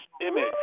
image